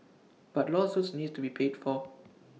but lawsuits need to be paid for